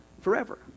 forever